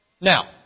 Now